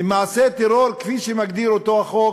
למעשה טרור כפי שמגדיר אותו החוק,